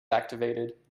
activated